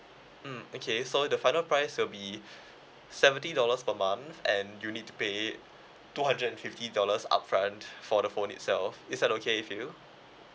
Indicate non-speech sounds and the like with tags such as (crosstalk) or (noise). mm okay so the final price will be (breath) seventy dollars per month and you need to pay two hundred and fifty dollars upfront for the phone itself is that okay with you